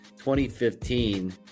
2015